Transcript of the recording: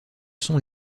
sont